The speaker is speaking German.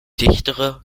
dichtere